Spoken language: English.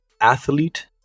athlete